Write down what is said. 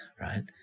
right